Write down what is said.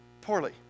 Poorly